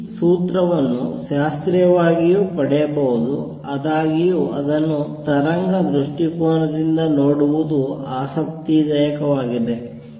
ಈ ಸೂತ್ರವನ್ನು ಶಾಸ್ತ್ರೀಯವಾಗಿಯೂ ಪಡೆಯಬಹುದು ಆದಾಗ್ಯೂ ಅದನ್ನು ತರಂಗ ದೃಷ್ಟಿಕೋನದಿಂದ ನೋಡುವುದು ಆಸಕ್ತಿದಾಯಕವಾಗಿದೆ